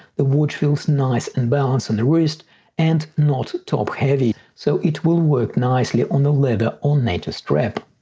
the watch feels nice and balanced on the wrist and not top-heavy so it will work nicely on the leather on native strap.